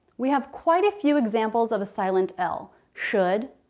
we have quite a few examples of a silent l. should,